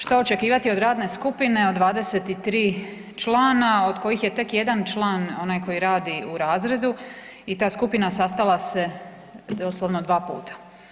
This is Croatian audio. Što očekivati od radne skupine od 23 člana od kojih je tek jedan član onaj koji radi u razredu i ta skupina sastala se doslovna dva puta?